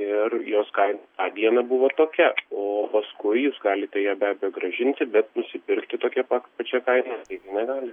ir jos kaina tą dieną buvo tokia o paskui jūs galite ją be abejo grąžinti bet nusipirkti tokia pat pačia kaina taigi negalite